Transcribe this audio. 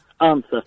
Answer